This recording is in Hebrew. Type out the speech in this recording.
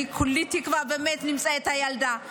כולי תקווה שנמצא את הילדה.